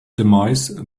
demise